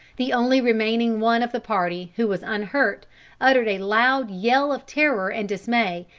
the only remaining one of the party who was unhurt uttered a loud yell of terror and dismay,